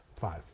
Five